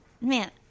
man